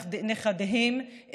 נכדיהם,